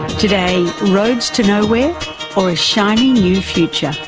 today roads to nowhere or a shiny new future?